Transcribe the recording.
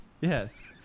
Yes